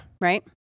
Right